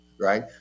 Right